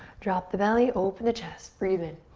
drop the belly, open the chest. breathe in.